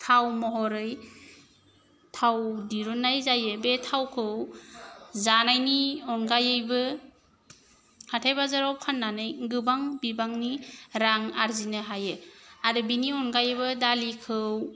थाव महरै थाव दिरुन्नाय जायो बे थावखौ जानायनि अनगायैबो हाथाय बाजाराव फान्नानै गोबां बिबांनि रां आरजिनो हायो आरो बिनि अनगायैबो दालिखौ